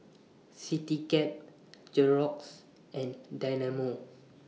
Citycab Xorex and Dynamo